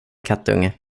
kattunge